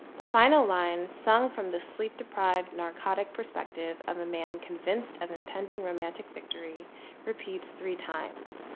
the final line sung from the sleep deprived narcotic perspective of the man convinced of impending romantic victory repeats three times.